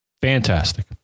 Fantastic